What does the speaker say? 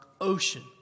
ocean